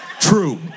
True